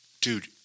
Dude